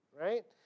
right